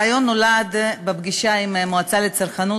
הרעיון נולד בפגישה עם המועצה לצרכנות.